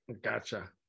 gotcha